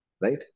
right